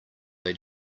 they